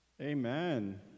amen